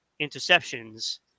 interceptions